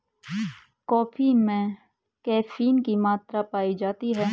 coffee में caffeine की मात्रा पाई जाती है